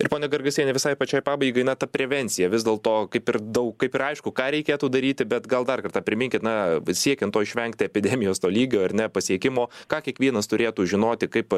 ir ponia gargasienė visai pačiai pabaigai na ta prevencija vis dėl to kaip ir daug kaip ir aišku ką reikėtų daryti bet gal dar kartą priminkit na siekiant to išvengti epidemijos to lygio ar ne pasiekimo ką kiekvienas turėtų žinoti kaip